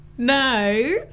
No